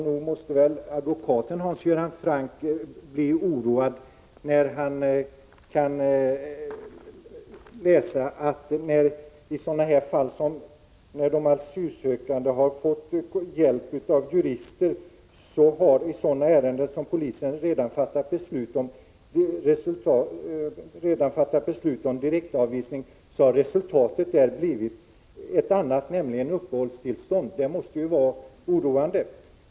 Nog måste väl advokaten Hans Göran Franck bli oroad, när han läser om ärenden där polisen fattat beslut om direktavvisning men där resultatet, sedan den asylsökande fått hjälp av en jurist, blivit ett annat, nämligen uppehållstillstånd. Det måste ju vara oroande.